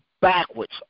backwards